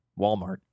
Walmart